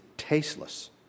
tasteless